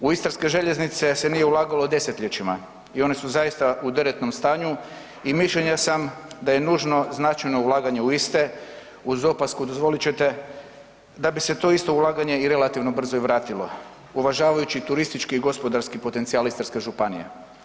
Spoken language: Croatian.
U istarske željeznice se nije ulagalo desetljećima i one su zaista u derutnom stanju i mišljenja sam da je nužno značajno ulaganje uz iste uz opasku dozvolit ćete da bi se to isto ulaganje i relativno brzo i vratilo uvažavajući turistički i gospodarski potencijal Istarske županije.